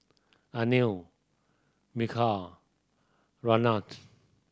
Anil Milkha Ramnath